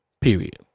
period